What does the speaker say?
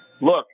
Look